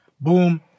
boom